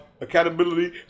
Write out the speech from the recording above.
Accountability